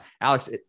Alex